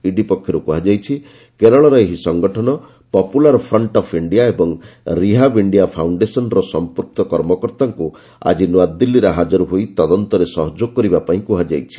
ED ପକ୍ଷରୁ କୁହାଯାଇଛି କେରଳର ଏହି ସଂଗଠନ ପପୁଲର ଫ୍ରଣ୍ଟ ଅଫ୍ ଇଣ୍ଡିଆ ଏବଂ ରିହାବ ଇଣ୍ଡିଆ ଫାଉଣ୍ଡେସନ୍ର ସଂପୃକ୍ତ କର୍ମକର୍ତ୍ତାମାନଙ୍କୁ ଆକି ନୂଆଦିଲ୍ଲୀରେ ହାକର ହୋଇ ତଦନ୍ତରେ ସହଯୋଗ କରିବା ପାଇଁ କୁହାଯାଇଛି